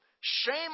Shame